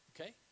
Okay